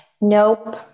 Nope